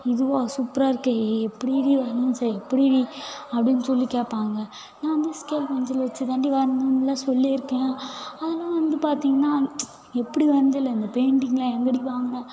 இதுவா சூப்பராக இருக்கே எப்படிடி வரைஞ்சே எப்படிடி அப்டின்னு சொல்லி கேட்பாங்க நான் வந்து ஸ்கேல் பென்சில் வெச்சிதான்டி வரைஞ்சேன் அப்படிலாம் சொல்லி இருக்கேன் ஆனால் வந்து பார்த்தீங்கன்னா எப்படி வரைஞ்சே அந்த பெயிண்டிங்கை எங்கேடி வாங்கின